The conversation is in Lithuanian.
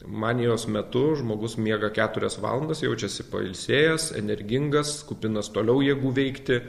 manijos metu žmogus miega keturias valandas jaučiasi pailsėjęs energingas kupinas toliau jėgų veikti